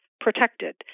protected